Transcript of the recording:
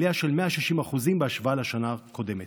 עלייה של 160% בהשוואה לשנה הקודמת,